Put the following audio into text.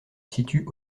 situent